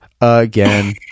again